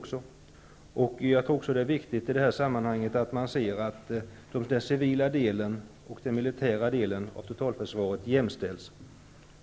Jag tror också att det är viktigt att den civila och den militära delen av totalförsvaret jämställs.